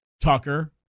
Tucker